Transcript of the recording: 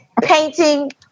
painting